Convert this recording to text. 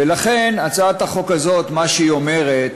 לכן, הצעת החוק הזאת, מה שהיא אומרת,